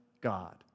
God